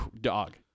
dog